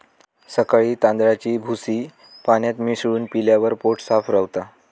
सकाळी तांदळाची भूसी पाण्यात मिसळून पिल्यावर पोट साफ रवता